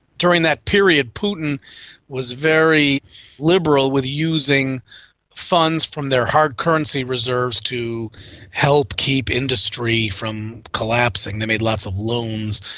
during that period putin was very liberal with using funds from their hard currency reserves to help keep industry from collapsing. they made lots of loans,